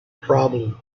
problem